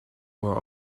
were